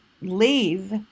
leave